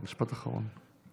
משפט אחרון.